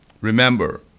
Remember